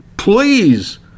Please